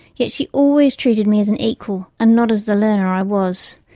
yet she always treated me as an equal, and not as the learner i was.